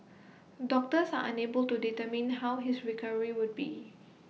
doctors are unable to determine how his recovery would be